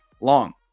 long